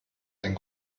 ein